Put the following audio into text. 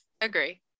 Agree